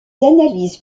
analyses